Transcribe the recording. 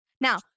now